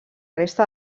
resta